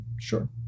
Sure